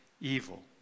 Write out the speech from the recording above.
evil